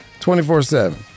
24-7